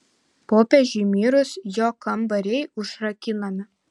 popiežiui mirus jo kambariai užrakinami